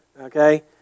Okay